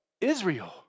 Israel